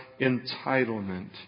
entitlement